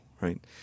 right